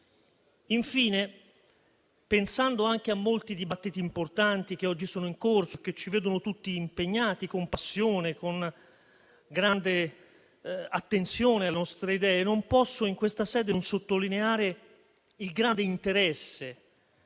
Infine, pensando anche a molti dibattiti importanti che oggi sono in corso e che ci vedono tutti impegnati con passione, con grande attenzione alle nostre idee, non posso in questa sede non sottolineare il grande interesse